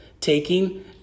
taking